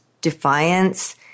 defiance